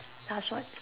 ask what